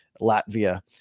Latvia